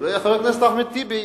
וחבר הכנסת אחמד טיבי,